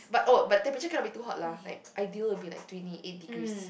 but oh but temperature cannot be too hot lah like ideal will be like twenty eight degrees